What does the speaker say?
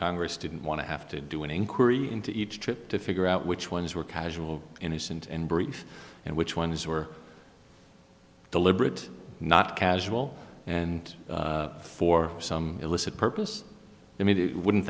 congress didn't want to have to do an inquiry into each trip to figure out which ones were casual innocent and brief and which ones were deliberate not casual and for some illicit purpose i mean wouldn't